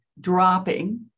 dropping